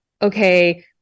Okay